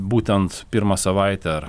būtent pirmą savaitę ar